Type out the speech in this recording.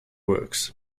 works